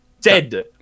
dead